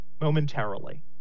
momentarily